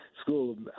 School